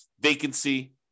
vacancy